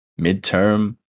midterm